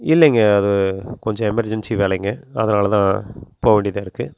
இல்லங்க அது கொஞ்சோம் எமெர்ஜன்சி வேலைங்க அதனால் தான் போக வேண்டியதாக இருக்குது